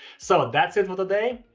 so, that's it for today!